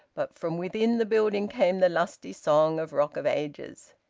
but from within the building came the lusty song of rock of ages.